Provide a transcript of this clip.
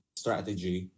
strategy